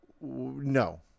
no